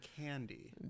candy